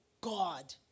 God